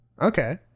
okay